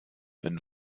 and